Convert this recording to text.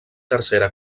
tercera